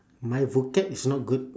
my vocab is not good